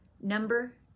number